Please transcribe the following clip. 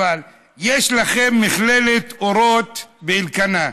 אבל יש לכם מכללת אורות באלקנה.